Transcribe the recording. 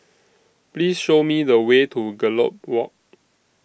Please Show Me The Way to Gallop Walk